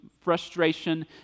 frustration